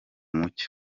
mucyo